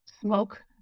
smoke